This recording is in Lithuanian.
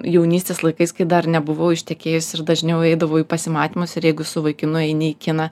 jaunystės laikais kai dar nebuvau ištekėjusi ir dažniau eidavau į pasimatymus ir jeigu su vaikinu nueini į kiną